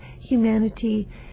humanity